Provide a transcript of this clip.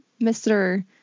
Mr